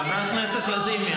חברת הכנסת לזימי,